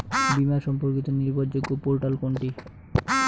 বীমা সম্পর্কিত নির্ভরযোগ্য পোর্টাল কোনটি?